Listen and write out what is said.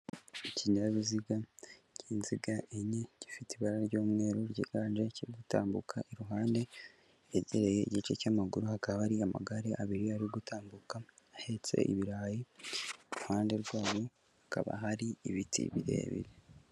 Ikinyabiziga cy'inziga enye, gifite ibara ry'umweru ryiganje, kiri gutambuka iruhande hegereye igice cy'amaguru, hakaba hari amagare abiri ari gutambuka ahetse ibirayi, iruhande rw'ayo hakaba hari ibiti birebire.